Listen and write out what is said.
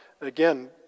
Again